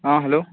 ہاں ہیٚلو